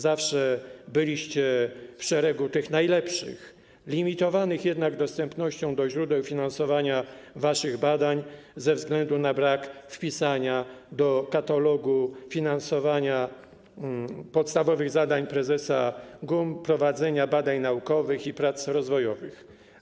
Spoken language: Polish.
Zawsze byliście w szeregu tych najlepszych, limitowanych jednak dostępem do źródeł finansowania waszych badań ze względu na brak wpisania do katalogu finansowania podstawowych zadań prezesa GUM prowadzenia badań naukowych i prac rozwojowych.